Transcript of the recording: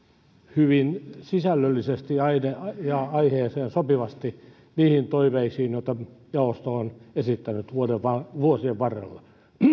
hyvin sisällöllisesti ja aiheeseen sopivasti niihin toiveisiin joita jaosto on esittänyt vuosien varrella